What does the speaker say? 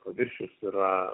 paviršius yra